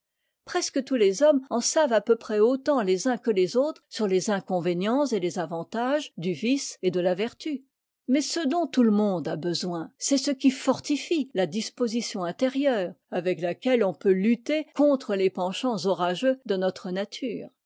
presque tous les hommes en savent à peu près autant les uns que les autres sur les inconvénients et les avantages du vice et de la vertu mais ce dont tout le monde a besoin c'est ce qui fortifie là disposition intérieure avec laquelle on peut lutter contre les penchants orageux de notre nature